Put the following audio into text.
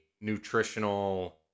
nutritional